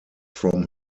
from